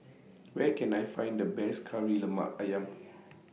Where Can I Find The Best Kari Lemak Ayam